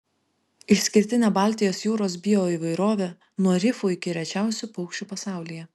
išskirtinė baltijos jūros bioįvairovė nuo rifų iki rečiausių paukščių pasaulyje